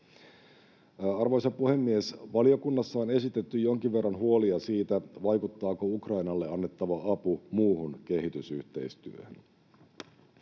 Arvoisa puhemies! Valiokunnassa on esitetty jonkin verran huolia siitä, vaikuttaako Ukrainalle annettava apu muuhun kehitysyhteistyöhön.